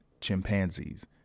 chimpanzees